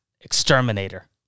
exterminator